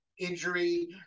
Injury